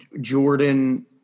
Jordan